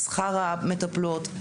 שכר המטפלות,